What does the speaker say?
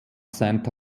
santa